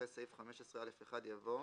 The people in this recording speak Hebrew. אחרי סעיף 15א1 יבוא: